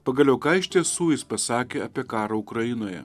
pagaliau ką iš tiesų jis pasakė apie karą ukrainoje